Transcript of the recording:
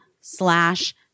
slash